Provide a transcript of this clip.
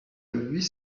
huit